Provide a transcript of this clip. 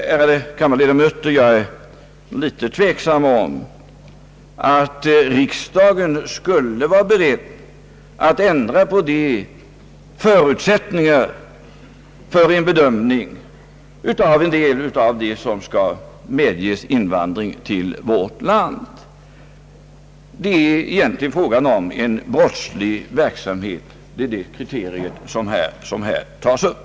Jag är, ärade kammarledamöter, litet tveksam om huruvida riksdagen verkligen skulle vara beredd att ändra på förutsättningarna för en bedömning av en del av de personer som skall medges invandra till vårt land. Bedömningen gäller i första hand en eventuell brottslig verksamhet. Det är det kriteriet som tages upp före avgörandet.